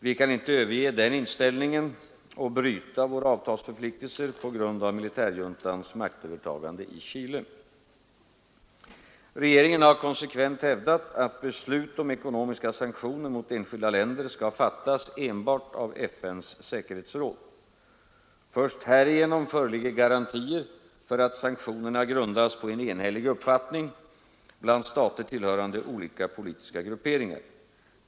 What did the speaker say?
Vi kan inte överge denna inställning och bryta våra avtalsförpliktelser på grund av militärjuntans maktövertagande i Chile. Regeringen har konsekvent hävdat att beslut om ekonomiska sanktioner mot enskilda länder skall fattas enbart av FN:s säkerhetsråd. Först härigenom föreligger garantier för att sanktionerna grundas på en enhällig uppfattning bland stater tillhörande olika politiska grupperingar.